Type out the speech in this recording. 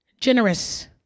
Generous